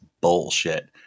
bullshit